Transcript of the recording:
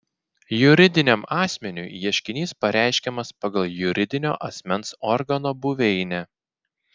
juridiniam asmeniui ieškinys pareiškiamas pagal juridinio asmens organo buveinę